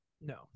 No